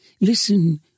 listen